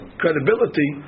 credibility